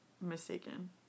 mistaken